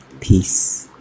peace